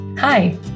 Hi